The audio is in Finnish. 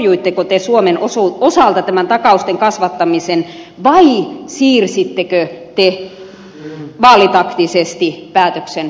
torjuitteko te suomen osalta tämän takausten kasvattamisen vai siirsittekö te vaalitaktisesti päätöksen tuonnemmaksi